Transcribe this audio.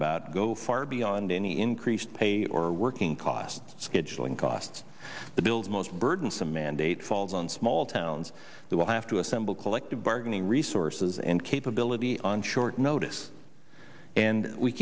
about go far beyond any increased pay or working cost scheduling cost the bills most burdensome mandate falls on small towns that will have to assemble collective bargaining resources and capability on short notice and we